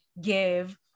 give